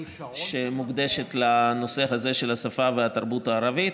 שמוקדשת לנושא הזה של השפה והתרבות הערבית.